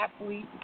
athlete